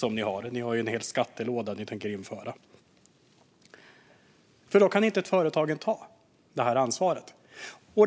Man har ju en låda med skatter som man tänker införa. Om man gör detta kan företagen inte ta det ansvaret.